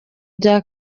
bya